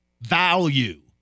Value